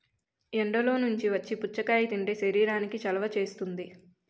ఎండల్లో నుంచి వచ్చి పుచ్చకాయ తింటే శరీరానికి చలవ చేస్తుంది